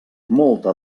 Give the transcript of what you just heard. molta